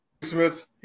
Smith